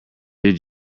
did